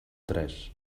tres